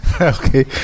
Okay